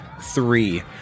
three